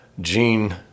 Gene